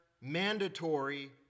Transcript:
mandatory